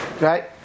Right